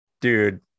dude